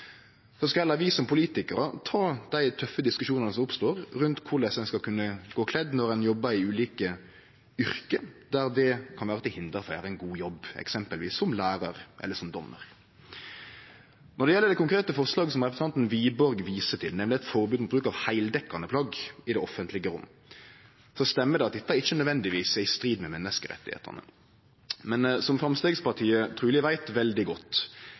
skal vi som politikarar heller ta dei tøffe diskusjonane som oppstår rundt korleis ein skal kunne gå kledd når ein jobbar i ulike yrke der det kan vere til hinder for å gjere ein god jobb, f.eks. som lærar eller dommar. Når det gjeld det konkrete forslaget som representanten Wiborg viser til, nemleg eit forbod mot bruk av heildekkjande plagg i det offentlege rom, stemmer det at dette ikkje nødvendigvis er i strid med menneskerettane. Men som Framstegspartiet truleg veit veldig godt,